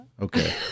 Okay